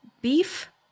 beef